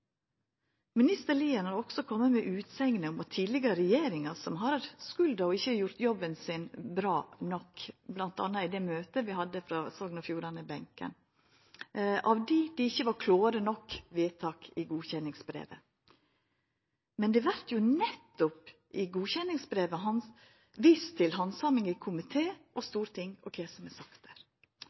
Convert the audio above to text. har også kome med utsegner om at det er tidlegare regjeringar som har skulda, og ikkje har gjort jobben sin bra nok – bl.a. i det møtet vi hadde i Sogn og Fjordane-benken – av di det ikkje var klåre nok vedtak i godkjenningsbrevet. Men det vert nettopp i godkjenningsbrevet vist til handsaming i komité og storting og kva som er sagt der.